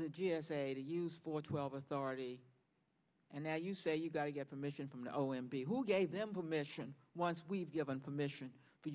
the g s a to use for twelve authority and now you say you've got to get permission from the o m b who gave them permission once we've given permission for